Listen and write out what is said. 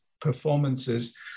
performances